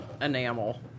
Enamel